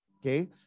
okay